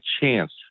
chance